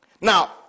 Now